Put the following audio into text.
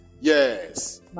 yes